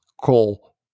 call